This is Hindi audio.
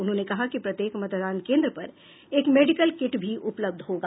उन्होंने कहा कि प्रत्येक मतदान केन्द्र पर एक मेडिकल कीट भी उपलब्ध होगा